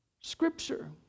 Scripture